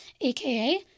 aka